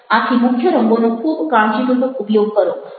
આથી મુખ્ય રંગોનો ખૂબ કાળજીપૂર્વક ઉપયોગ કરો